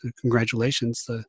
Congratulations